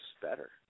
better